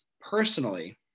personally